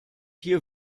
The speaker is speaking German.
hier